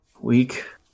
week